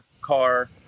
car